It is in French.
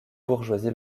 bourgeoisie